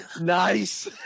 nice